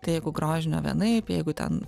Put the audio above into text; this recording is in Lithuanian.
tai jeigu grožinio vienaip jeigu ten